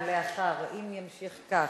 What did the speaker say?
אם ימשיך כך,